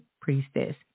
priestess